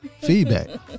Feedback